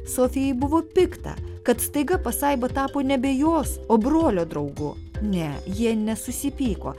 sofijai buvo pikta kad staiga pasaiba tapo nebejos o brolio draugu ne jie nesusipyko